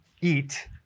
eat